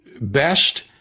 best